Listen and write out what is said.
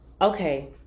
Okay